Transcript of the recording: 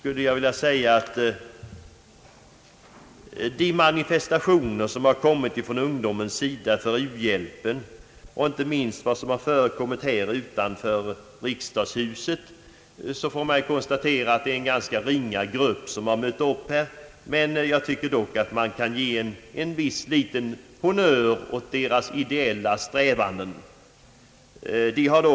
Beträffande manifestationerna från ungdomens sida för uhjälp och inte minst vad som har förekommit utanför riksdagshuset får man konstatera att det är en ganska ringa grupp som mött upp här. Jag tycker dock att man kan ge en liten honnör åt ungdomarnas ideella strävanden.